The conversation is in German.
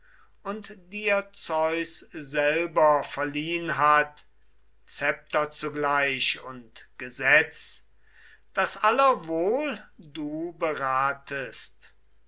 und dir zeus selber verliehn hat scepter zugleich und gesetz daß aller wohl du beratest